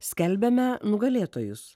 skelbiame nugalėtojus